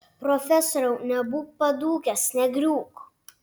profesoriau nebūk padūkęs negriūk